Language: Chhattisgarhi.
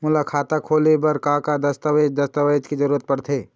मोला खाता खोले बर का का दस्तावेज दस्तावेज के जरूरत पढ़ते?